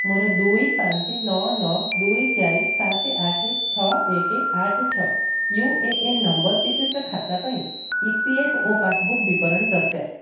ମୋର ଦୁଇ ପାଞ୍ଚ ନଅ ନଅ ଦୁଇ ଚାରି ସାତ ଆଠ ଛଅ ଏକ ଆଠ ଛଅ ୟୁ ଏ ଏନ୍ ନମ୍ବର ବିଶିଷ୍ଟ ଖାତା ପାଇଁ E P F O passbook ବିବରଣୀ ଦରକାର